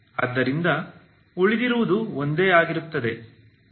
ಆದ್ದರಿಂದ ಉಳಿದಿರುವುದು ಒಂದೇ ಆಗಿರುತ್ತದೆ w0